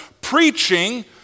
preaching